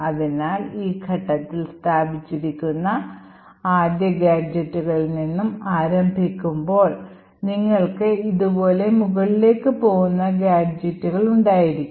അതിനാൽ ഈ ഘട്ടത്തിൽ സ്ഥാപിച്ചിരിക്കുന്ന ആദ്യ ഗാഡ്ജെറ്റുകളിൽ നിന്നും ആരംഭിക്കുമ്പോൾ നിങ്ങൾക്ക് ഇതുപോലെ മുകളിലേക്ക് പോകുന്ന ഗാഡ്ജെറ്റുകൾ ഉണ്ടായിരിക്കും